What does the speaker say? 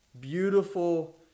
Beautiful